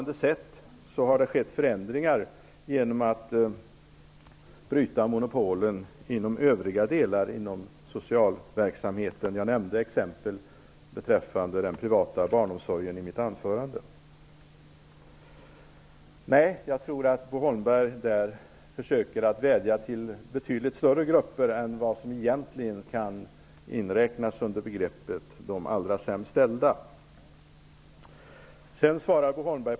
Det har skett förändringar, genom att monopolen inom övriga delar av social verksamhet har brutits. Jag nämnde exempel beträffande den privata barnomsorgen i mitt anförande. Jag tror att Bo Holmberg försöker vädja till betydligt större grupper än vad som egentligen kan inräknas under begreppet de allra sämst ställda.